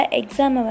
exam